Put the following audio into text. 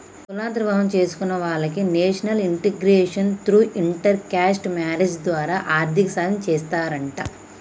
కులాంతర వివాహం చేసుకున్న వాలకి national integration through inter caste marriage ద్వారా ఆర్థిక సాయం చేస్తారంట